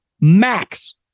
max